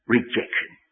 Rejection